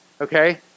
Okay